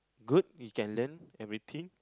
good we can learn everything